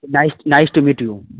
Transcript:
nice nice to meet you